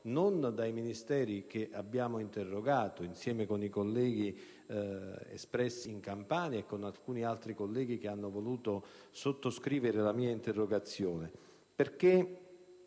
capo ai Ministeri che abbiamo interrogato (insieme ai colleghi eletti in Campania e ad alcuni altri colleghi che hanno voluto sottoscrivere la mia interrogazione).